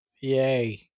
Yay